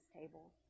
table